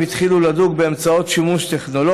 התחילו לדוג בשימוש באמצעים טכנולוגיים,